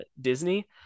Disney